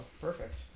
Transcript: perfect